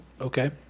Okay